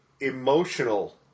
emotional